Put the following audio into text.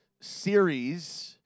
series